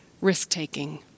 risk-taking